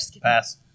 Pass